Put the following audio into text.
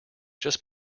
just